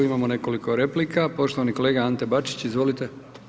Imamo nekoliko replika, poštovani kolega Ante Bačić, izvolite.